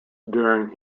during